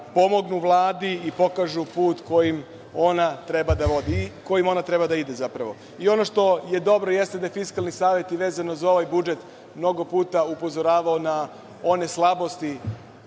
pomognu Vladi i pokažu put kojim ona treba da ide zapravo. Ono što je dobro, jeste da je Fiskalni savet vezano za ovaj budžet mnogo puta upozoravao na one slabosti